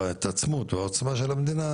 ההתעצמות והעוצמה של המדינה,